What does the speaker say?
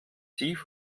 tief